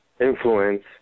influence